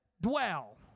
dwell